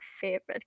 favorite